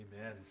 Amen